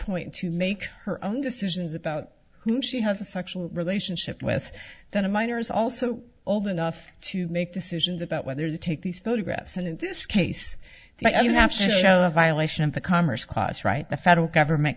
point to make her own decisions about whom she has a sexual relationship with then a minor is also old enough to make decisions about whether to take these photographs and in this case you have to show a violation of the commerce clause right the federal government